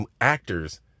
actors